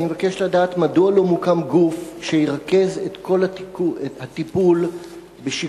אני מבקש לדעת מדוע לא מוקם גוף שירכז את כל הטיפול בשיקום,